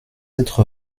être